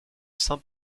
saint